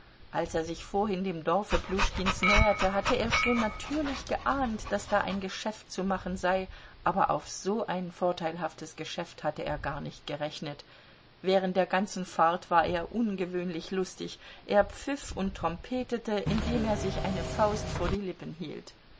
als er sich vorhin dem dorfe pljuschkins näherte hatte er schon natürlich geahnt daß da ein geschäft zu machen sei aber auf so ein vorteilhaftes geschäft hatte er gar nicht gerechnet während der ganzen fahrt war er ungewöhnlich lustig er pfiff und trompetete indem er sich eine faust vor die lippen hielt